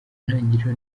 ntangiriro